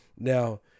Now